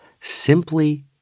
simply